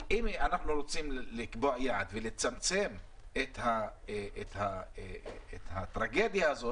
אנחנו רוצים לקבוע יעד ולצמצם את הטרגדיה הזו